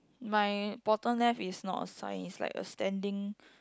my bottom left is not a sign is like a standing